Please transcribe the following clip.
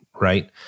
right